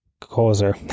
causer